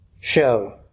show